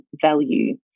value